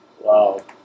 Wow